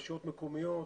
רשויות מקומיות,